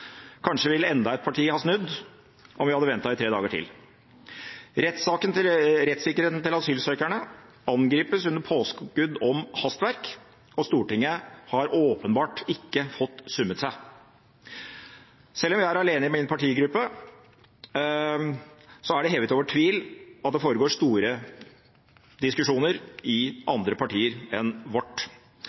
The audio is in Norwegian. Kanskje ville enda et parti ha snudd, om vi hadde ventet tre dager til. Rettssikkerheten til asylsøkerne angripes under påskudd av hastverk, og Stortinget har åpenbart ikke fått summet seg. Selv om jeg er alene i min partigruppe, er det hevet over tvil at det foregår store diskusjoner i andre partier enn vårt.